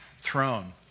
throne